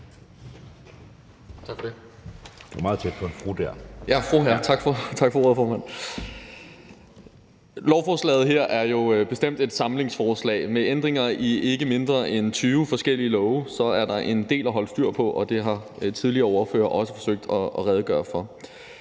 Tak for det.